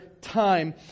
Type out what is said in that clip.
time